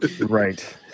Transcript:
Right